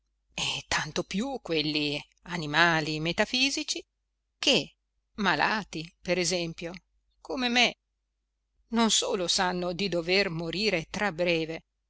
e tanto più quelli animali metafisici che malati per esempio come me non solo sanno di dover morire tra breve